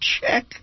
check